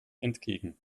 entgegen